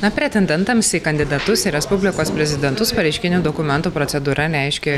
na pretendentams į kandidatus į respublikos prezidentus pareiškinių dokumentų procedūra reiškia